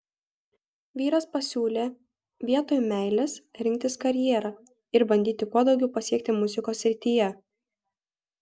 vyras pasiūlė vietoj meilės rinktis karjerą ir bandyti kuo daugiau pasiekti muzikos srityje